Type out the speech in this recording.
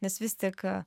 nes vis tik a